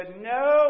No